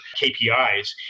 KPIs